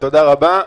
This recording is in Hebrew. תודה רבה.